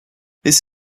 this